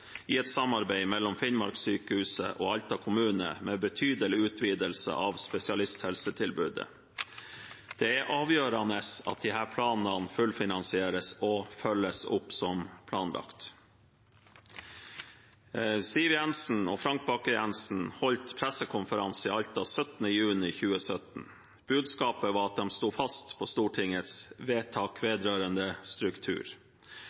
i et samarbeid mellom Finnmarkssykehuset og Alta kommune, med betydelig utvidelse av spesialisthelsetilbudet. Det er avgjørende at disse planene fullfinansieres og følges opp som planlagt. Siv Jensen og Frank Bakke-Jensen holdt pressekonferanse i Alta den 17. juni 2017. Budskapet var at de sto fast ved Stortingets vedtak vedrørende struktur.